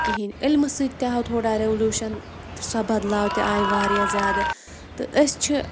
علمہٕ سۭتۍ تہِ آو تھوڑا ریولوٗشن سۄ بدلاو تہِ آیہِ واریاہ زیادٕ تہٕ أسۍ چھِ